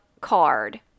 card